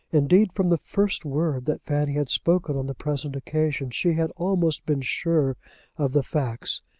indeed from the first word that fanny had spoken on the present occasion, she had almost been sure of the facts,